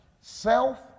Self